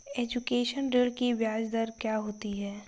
Education ऋृण की ब्याज दर क्या होती हैं?